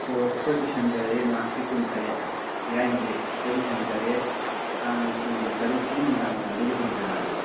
ꯍꯣꯏ ꯍꯣꯏ ꯑꯩꯈꯣꯏ ꯏꯁꯟꯖꯔꯦ ꯃꯥꯔꯁꯀꯤ ꯀꯨꯟꯇꯔꯦꯠ ꯏꯔꯥꯏ ꯅꯨꯃꯤꯠ ꯑꯩꯈꯣꯏ ꯏꯁꯟꯖꯔꯦ ꯇꯥꯡ ꯀꯨꯟꯒ ꯇꯔꯨꯛꯀꯤ ꯅꯨꯡꯗꯥꯡꯋꯥꯏꯔꯝꯗ ꯌꯧꯍꯟꯖꯔꯛꯑꯒꯦ